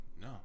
no